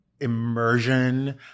immersion